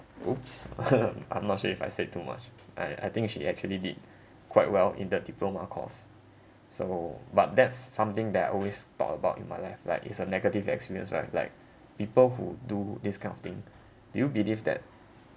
oops I'm not sure if I say too much I I think she actually did quite well in the diploma course so but that's something that I always talked about in my life like is a negative experience right like people who do this kind of thing do you believe that